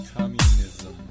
Communism